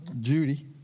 Judy